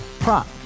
Prop